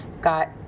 got